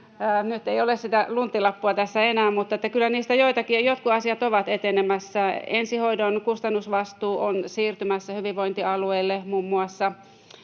Nyt ei ole sitä lunttilappua tässä enää, mutta kyllä niistä jotkut asiat ovat etenemässä. Ensihoidon kustannusvastuu on siirtymässä hyvinvointialueille, muun muassa.